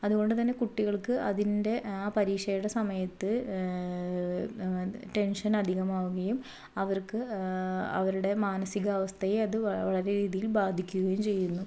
അതുകൊണ്ടുതന്നെ കുട്ടികൾക്ക് അതിൻ്റെ ആ പരീക്ഷയുടെ സമയത്ത് ടെൻഷൻ അധികമാവുകയും അവർക്ക് അവരുടെ മാനസികാവസ്ഥയെ അത് വളരെരീതിയിൽ ബാധിക്കുകയും ചെയ്യുന്നു